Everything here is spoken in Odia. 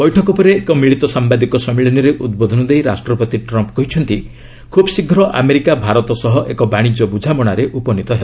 ବୈଠକ ପରେ ଏକ ମିଳିତ ସାମ୍ଭାଦିକ ସମ୍ମିଳନୀରେ ଉଦ୍ବୋଧନ ଦେଇ ରାଷ୍ଟ୍ରପତି ଟ୍ରମ୍ପ୍ କହିଛନ୍ତି ଖୁବ୍ ଶୀଘ୍ର ଆମେରିକା ଭାରତ ସହ ଏକ ବାଣିଜ୍ୟ ବୁଝାମଣାରେ ଉପନୀତ ହେବ